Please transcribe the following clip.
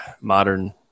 modern